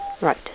Right